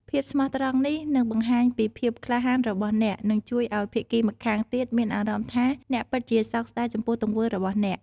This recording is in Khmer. ភាពស្មោះត្រង់នេះនឹងបង្ហាញពីភាពក្លាហានរបស់អ្នក និងជួយឱ្យភាគីម្ខាងទៀតមានអារម្មណ៍ថាអ្នកពិតជាសោកស្ដាយចំពោះទង្វើរបស់អ្នក។